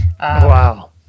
Wow